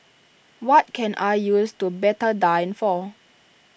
what can I use do Betadine for